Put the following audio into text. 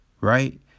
right